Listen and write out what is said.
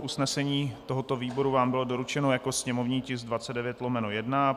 Usnesení výboru vám bylo doručeno jako sněmovní tisk 29/1.